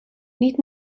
niet